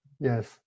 Yes